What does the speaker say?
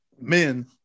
men